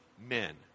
men